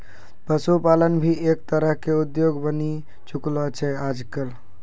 पशुपालन भी एक तरह के उद्योग बनी चुकलो छै आजकल